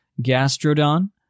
Gastrodon